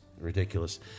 ridiculous